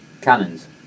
Cannons